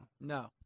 No